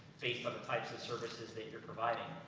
based on the types of services that you're providing.